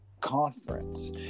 conference